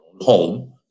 home